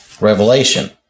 Revelation